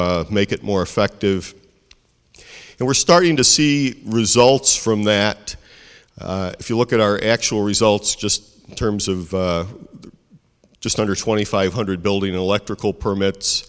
make it more effective and we're starting to see results from that if you look at our actual results just in terms of just under twenty five hundred building electrical permits